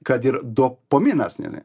kad ir dopaminas ne ne